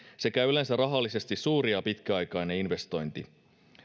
sekä yleensä rahallisesti suuri ja pitkäaikainen investointi